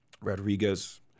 Rodriguez